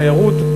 תיירות,